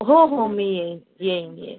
हो हो मी येईन येईन येईन